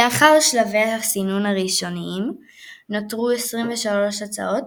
לאחר שלבי הסינון הראשוניים נותרו 23 הצעות